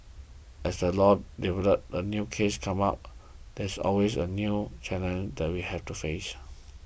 as the law develops as new cases come up there are always new challenges that we have to face